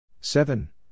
Seven